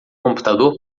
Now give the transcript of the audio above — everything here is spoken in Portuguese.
computador